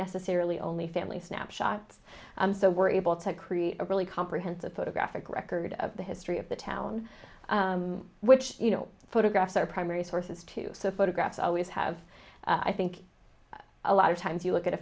necessarily only family snapshots so we're able to create a really comprehensive photographic record of the history of the town which you know photographs are primary sources too so photographs always have i think a lot of times you look at a